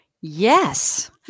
Yes